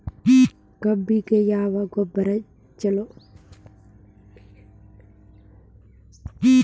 ಕಬ್ಬಿಗ ಯಾವ ಗೊಬ್ಬರ ಛಲೋ?